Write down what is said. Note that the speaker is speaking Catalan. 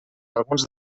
alguns